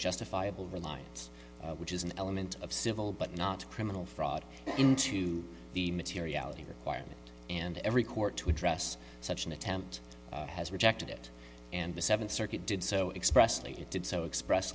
justifiable reliance which is an element of civil but not criminal fraud into the materiality requirement and every court to address such an attempt has rejected it and the seventh circuit did so expressed it did so express